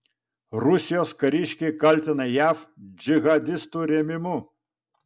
rusijos kariškiai kaltina jav džihadistų rėmimu